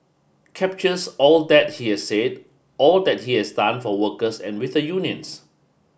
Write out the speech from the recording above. captures all that he had said all that he has done for workers and with the unions